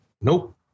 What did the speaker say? Nope